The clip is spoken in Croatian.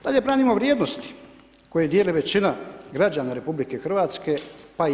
Dalje, branimo vrijednosti koje dijeli većina građana RH, pa i EU.